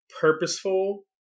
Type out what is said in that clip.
purposeful